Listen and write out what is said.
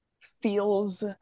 feels